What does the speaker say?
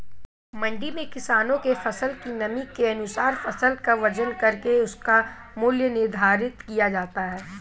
मंडी में किसानों के फसल की नमी के अनुसार फसल का वजन करके उसका मूल्य निर्धारित किया जाता है